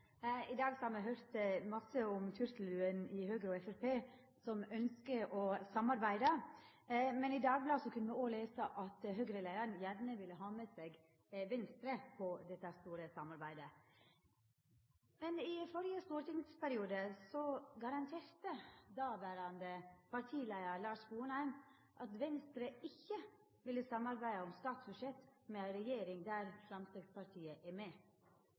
I dag har me hørt masse om turtelduene i Høgre og Framstegspartiet som ønskjer å samarbeida, men i Dagbladet kunne me òg lesa at Høgre-leiaren gjerne ville ha med seg Venstre på dette store samarbeidet. Men i førre stortingsperiode garanterte dåverande partileiar Lars Sponheim at Venstre ikkje ville samarbeida om statsbudsjett med ei regjering der Framstegspartiet er med.